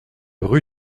rue